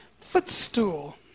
footstool